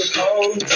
home